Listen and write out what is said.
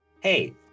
Hey